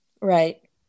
Right